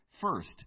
first